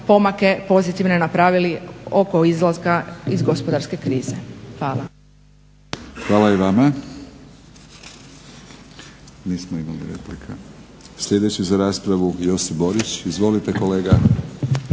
pomake pozitivne napravili oko izlaska iz gospodarske krize. Hvala. **Batinić, Milorad (HNS)** Hvala i vama. Nismo imali replika. Sljedeći za raspravu Josip Borić. Izvolite kolega.